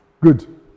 Good